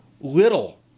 little